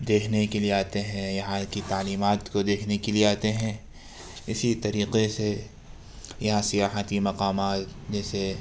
دیکھنے کے لیے آتے ہیں یہاں کی تعلیمات کو دیکھنے کے لیے آتے ہیں اسی طریقے سے یا سیاحتی مقامات جیسے